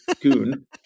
goon